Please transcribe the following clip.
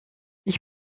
ich